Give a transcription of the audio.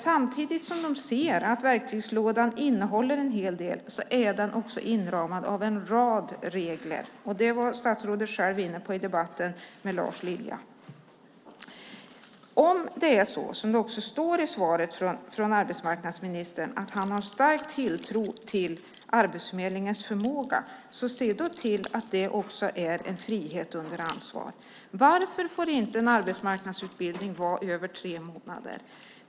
Samtidigt som de ser att verktygslådan innehåller en hel del är den inramad av en rad regler. Statsrådet var själv inne på detta i debatten med Lars Lilja. Om det är så, som det står i det skriftliga svaret från arbetsmarknadsministern, att han har stark tilltro till Arbetsförmedlingens förmåga måste han se till att det också är en frihet under ansvar. Varför får en arbetsmarknadsutbildning inte vara över tre månader?